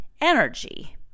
Energy